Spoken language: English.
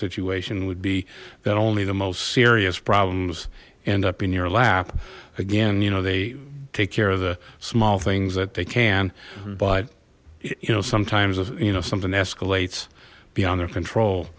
situation would be that only the most serious problems end up in your lap again you know they take care of the small things that they can but you know sometimes you know something escalates beyond their control